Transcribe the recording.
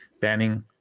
banning